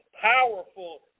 powerful